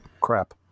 crap